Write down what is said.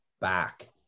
back